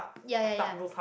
ya ya ya